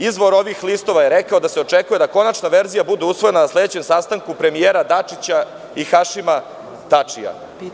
Izvor ovih listova je rekao da se očekuje da konačna verzija bude usvojena na sledećem sastanku premijera Dačića i Hašima Tačija.